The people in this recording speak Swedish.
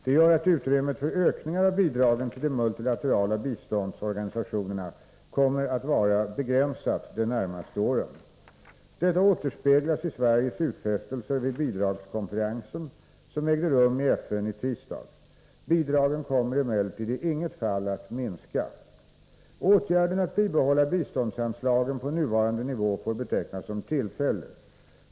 Det gör att utrymmet för ökningar av bidragen till de multilaterala biståndsorganisationerna kommer att vara begränsat de närmaste åren. Detta återspeglas i Sveriges utfästelser vid bidragskonferensen, som ägde rum i FN i tisdags. Bidragen kommer emellertid i inget fall att minska. Åtgärden att bibehålla biståndsanslagen på nuvarande nivå får betecknas som tillfällig.